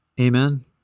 Amen